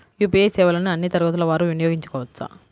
UPI సేవలని అన్నీ తరగతుల వారు వినయోగించుకోవచ్చా?